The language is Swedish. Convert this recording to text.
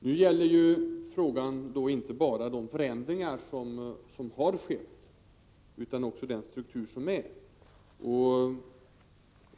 Nu gäller frågan inte bara de förändringar som har skett utan även den struktur som finns.